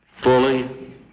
fully